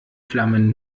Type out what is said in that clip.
flammen